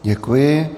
Děkuji.